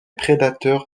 prédateurs